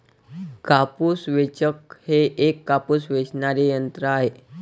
कापूस वेचक हे एक कापूस वेचणारे यंत्र आहे